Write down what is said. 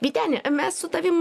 vyteni mes su tavim